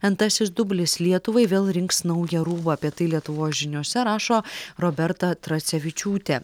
antrasis dublis lietuvai vėl rinks naują rūbą apie tai lietuvos žiniose rašo roberta tracevičiūtė